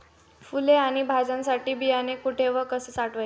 फुले आणि भाज्यांसाठी बियाणे कुठे व कसे साठवायचे?